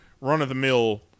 run-of-the-mill